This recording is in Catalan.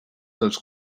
dels